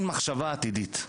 אין מחשבה עתידית,